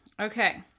Okay